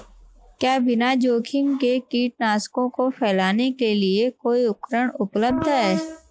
क्या बिना जोखिम के कीटनाशकों को फैलाने के लिए कोई उपकरण उपलब्ध है?